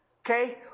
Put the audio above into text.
Okay